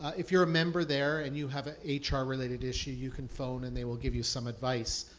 if you're a member there and you have ah a hr related issue, you can phone and they will give you some advice.